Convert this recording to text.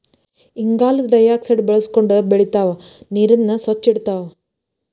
ಇಂಗಾಲದ ಡೈಆಕ್ಸೈಡ್ ಬಳಸಕೊಂಡ ಬೆಳಿತಾವ ನೇರನ್ನ ಸ್ವಚ್ಛ ಇಡತಾವ